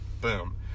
Boom